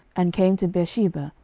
and came to beersheba,